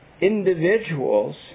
individuals